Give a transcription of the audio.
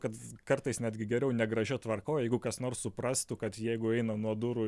kad kartais netgi geriau negražia tvarka o jeigu kas nors suprastų kad jeigu eina nuo durų